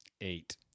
Eight